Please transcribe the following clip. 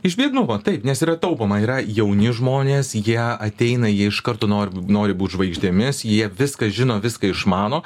iš biednumo taip nes yra taupoma yra jauni žmonės jie ateina jie iš karto nori nori būt žvaigždėmis jie viską žino viską išmano